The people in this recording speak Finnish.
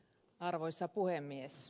arvoisa puhemies